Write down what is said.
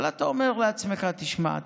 אבל אתה אומר לעצמך: תשמע,